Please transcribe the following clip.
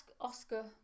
Oscar